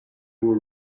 were